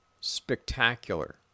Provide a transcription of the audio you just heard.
spectacular